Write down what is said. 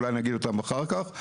אולי נגיד אותם אחר כך.